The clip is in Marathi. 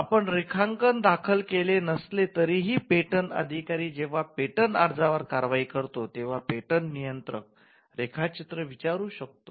आपण रेखांकन दाखल केले नसले तरीही पेटंट अधिकारी जेंव्हा पेटंट अर्जावर कारवाई करतो तेंव्हा पेटंट नियंत्रक रेखाचित्र विचारू शकतो